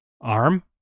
arm